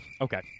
Okay